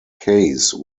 case